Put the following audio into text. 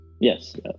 Yes